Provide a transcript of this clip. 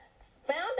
Found